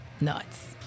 nuts